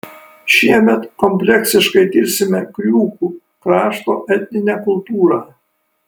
šiemet kompleksiškai tirsime kriūkų krašto etninę kultūrą